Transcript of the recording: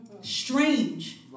Strange